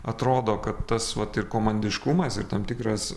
atrodo kad tas vat ir komandiškumas ir tam tikras